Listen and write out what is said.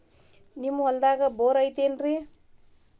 ನಿಮ್ಮ ಹೊಲ್ದಾಗ ಬೋರ್ ಐತೇನ್ರಿ?